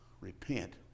repent